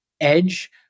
edge